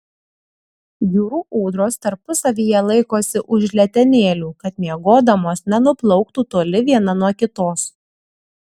jūrų ūdros tarpusavyje laikosi už letenėlių kad miegodamos nenuplauktų toli viena nuo kitos